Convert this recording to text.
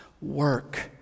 Work